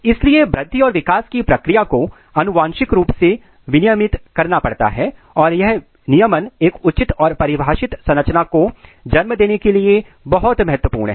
इसलिए वृद्धि और विकास की प्रक्रिया को आनुवांशिक रूप से विनियमित करना पड़ता है और यह नियमन एक उचित और परिभाषित संरचना को को जन्म देने के लिए बहुत महत्वपूर्ण है